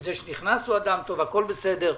וזה שנכנס הוא אדם טוב והכול בסדר.